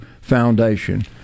foundation